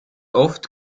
oft